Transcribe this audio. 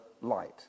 light